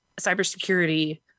cybersecurity